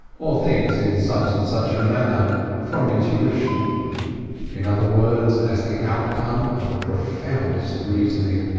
or thinks in such and such a manner from intuition in other words, as the outcome of the profoundest reasoning.